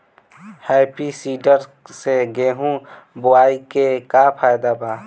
Happy seeder से गेहूं बोआई के का फायदा बा?